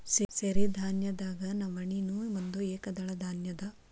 ಸಿರಿಧಾನ್ಯದಾಗ ನವಣೆ ನೂ ಒಂದ ಏಕದಳ ಧಾನ್ಯ ಇದ